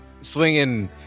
swinging